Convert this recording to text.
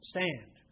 Stand